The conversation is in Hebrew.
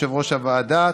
יושב-ראש הוועדה.